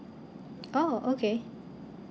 oh okay